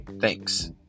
Thanks